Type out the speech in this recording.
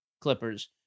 Clippers